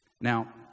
Now